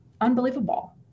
unbelievable